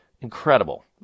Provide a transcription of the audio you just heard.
Incredible